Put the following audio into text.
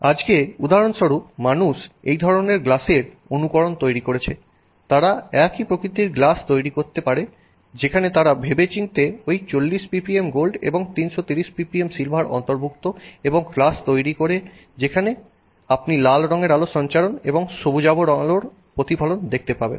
আজকে উদাহরণস্বরূপ মানুষ এই ধরনের গ্লাসের অনুকরণ তৈরি করেছে তারা একই প্রকৃতির গ্লাস তৈরি করতে পারে যেখানে তারা ভেবেচিন্তে এই 40 ppm গোল্ড এবং 330 ppm সিলভার অন্তর্ভুক্ত এবং ক্লাস তৈরি করে যেখানে আপনি লাল আলোর সঞ্চারণ এবং সবুজাভ আলোর প্রতিফলন দেখতে পাবেন